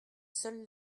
seul